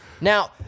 Now